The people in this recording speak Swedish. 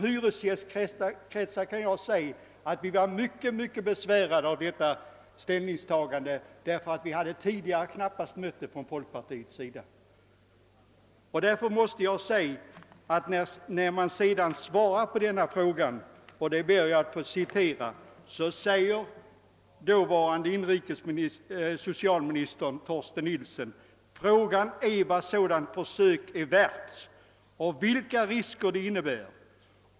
Jag vill tillägga att vi inom hyresgäströrelsen var mycket besvärade av detta ställningstagande därför att vi tidigare knappast hade mött det från folkpartiets sida. Vid besvarandet av denna fråga sade dåvarande socialministern Torsten Nilsson: »Frågan är vad ett sådant försök är värt och vilka risker det innebär.